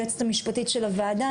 היועצת המשפטית של הוועדה,